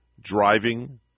driving